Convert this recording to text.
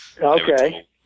Okay